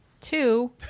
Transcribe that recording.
Two